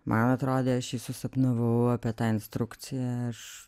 man atrodė aš jį susapnavau apie tą instrukciją aš